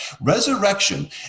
Resurrection